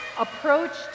approached